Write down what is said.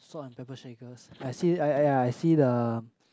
salt and pepper shakers I see yeah yeah I see the